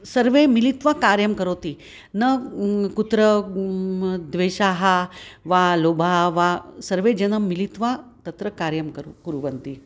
सर्वे मिलित्वा कार्यं करोति न कुत्र द्वेषः वा लोभः वा सर्वे जनं मिलित्वा तत्र कार्यं करोति कुर्वन्ति